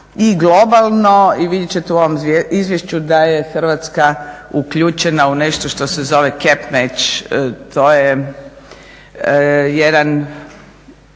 i globalno i vidjeti ćete u ovom izvješću da je Hrvatska uključena u nešto što se zove "cup matches" to je jedan